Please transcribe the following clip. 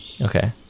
Okay